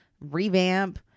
revamp